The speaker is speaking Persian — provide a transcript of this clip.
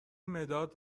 مداد